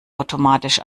automatisch